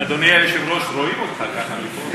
אדוני היושב-ראש, רואים אותך ככה מפה.